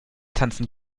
tanzen